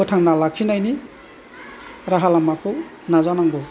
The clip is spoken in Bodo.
फोथांना लाखिनायनि राहा लामाखौ नाजानांगौ